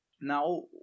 now